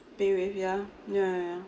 paywave ya ya ya